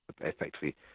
effectively